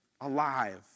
alive